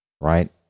right